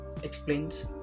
explains